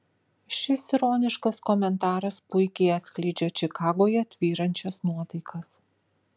šis ironiškas komentaras puikiai atskleidžia čikagoje tvyrančias nuotaikas